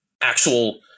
actual